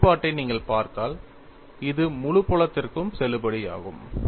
இந்த வெளிப்பாட்டை நீங்கள் பார்த்தால் இது முழு புலத்திற்கும் செல்லுபடியாகும்